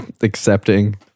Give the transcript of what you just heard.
accepting